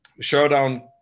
showdown